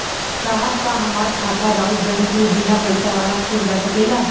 साहब का हमार खाता राऊर बैंक में बीना पैसा वाला खुल जा सकेला?